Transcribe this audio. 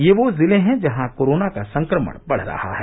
ये वो जिले हैं जहां कोरोना का संक्रमण बढ़ रहा है